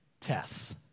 tests